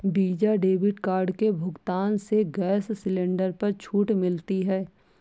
visa debit card के भुगतान से गैस सिलेंडर पर छूट मिलती है